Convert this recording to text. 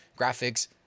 graphics